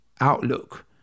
outlook